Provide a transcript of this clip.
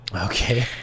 Okay